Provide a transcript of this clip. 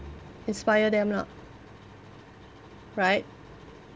inspire them lah right